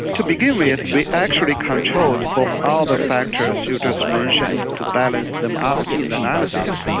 to begin with we actually controlled for all the factors you just mentioned to balance them out in analysis.